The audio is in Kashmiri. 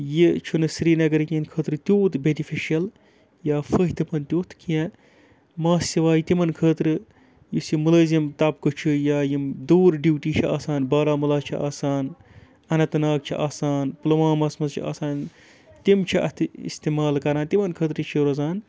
یہِ چھُنہٕ سرینَگرٕ کٮ۪ن خٲطرٕ تیوٗت بیٚنِفِشَل یا فٲیدٕ منٛد تیُتھ کینٛہہ ماسہِ سِوایہِ تِمَن خٲطرٕ یُس یہِ مُلٲزِم طَبقہٕ چھُ یا یِم دوٗر ڈیوٗٹی چھِ آسان بارہمولا چھِ آسان اننتہٕ ناگ چھِ آسان پُلوامَس منٛز چھِ آسان تِم چھِ اَتھ اِستعمال کَران تِمَن خٲطرٕ چھِ روزان